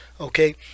okay